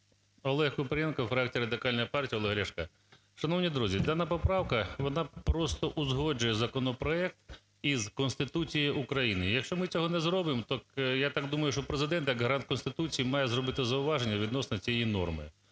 ОлегКупрієнко, фракція Радикальної партії Олега Ляшка. Шановні друзі! Дана поправка, вона просто узгоджує законопроект із Конституцією України. Якщо ми цього не зробимо, то я так думаю, що Президент як гарант Конституції має зробити зауваження відносно цієї норми.